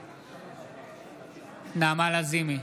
לזימי,